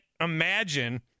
imagine